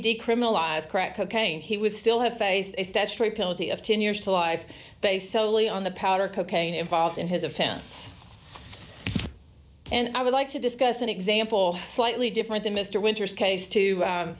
decriminalized crack cocaine he would still have faced a statutory penalty of ten years to life based solely on the powder cocaine involved in his offense and i would like to discuss an example slightly different than mr winters case to